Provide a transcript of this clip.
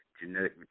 genetic